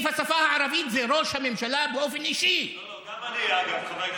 ועיגן באופן קונסטיטוציוני חוק-יסוד,